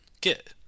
get